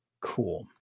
cool